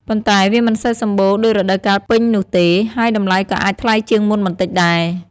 ប៉ុន្តែវាមិនសូវសម្បូរដូចរដូវកាលពេញនោះទេ ហើយតម្លៃក៏អាចថ្លៃជាងមុនបន្តិចដែរ។